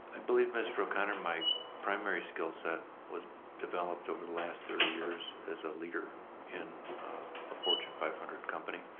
i believe, mr. o'connor, my primary skill set was developed over the last thirty years as a leader in a fortune five hundred company.